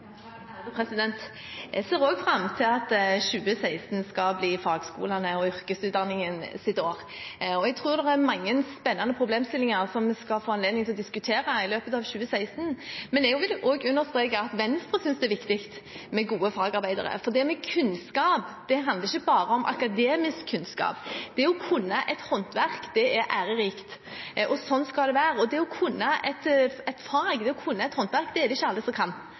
Jeg ser også fram til at 2016 skal bli fagskolenes og yrkesutdanningens år. Jeg tror det er mange spennende problemstillinger som vi skal få anledning til å diskutere i løpet av 2016. Jeg vil også understreke at Venstre synes det er viktig med gode fagarbeidere, for kunnskap handler ikke bare om akademisk kunnskap. Det å kunne et håndverk er ærerikt, og sånn skal det være. Det er ikke alle som kan et fag – et håndverk. Derfor må vi ha gode utdanninger, for når man inviterer rørleggere inn, eller en maler til å male huset, har det betydning at de som kommer, kan